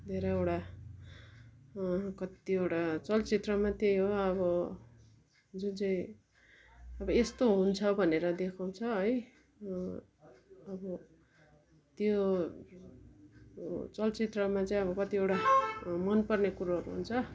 धेरैवटा कतिवटा चलचित्रमा त्यही हो अब जुन चाहिँ अब यस्तो हुन्छ भनेर देखाउँछ है अब त्यो चलचित्रमा चाहिँ अब कतिवटा मनपर्ने कुरोहरू हुन्छ